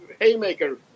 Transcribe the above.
haymaker